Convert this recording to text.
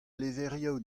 levrioù